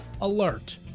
alert